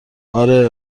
آره